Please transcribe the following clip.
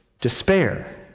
despair